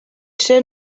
ser